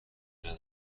ندارم